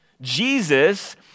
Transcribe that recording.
Jesus